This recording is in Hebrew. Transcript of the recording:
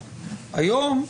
היום,